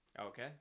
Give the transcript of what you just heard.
Okay